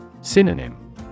Synonym